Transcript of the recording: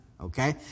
Okay